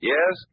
Yes